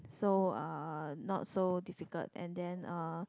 so uh not so difficult and then uh